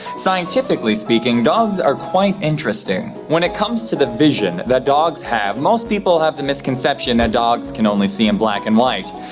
scientifically speaking, dogs are quite interesting. when it comes to the vision that dogs have, most people have the misconception that dogs can only see in black and white.